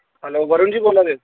hello Varun ji बोलै दे